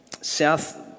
south